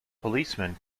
policemen